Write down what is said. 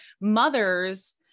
mothers